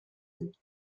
gros